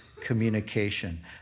communication